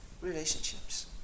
relationships